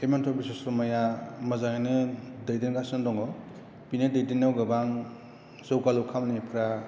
हिमन्त' बिस्व' सरमाया मोजाङैनो दैदेनगासिनो दङ बेनि दैदेन्नायाव गोबां जौगालु खामानिफ्रा